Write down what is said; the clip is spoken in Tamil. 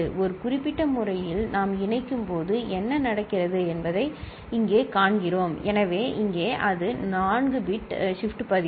ஒரு குறிப்பிட்ட முறையில் நாம் இணைக்கும்போது என்ன நடக்கிறது என்பதை இங்கே காண்கிறோம் எனவே இங்கே அது 4 பிட் ஷிப்ட் பதிவு